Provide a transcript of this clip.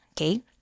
Okay